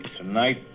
Tonight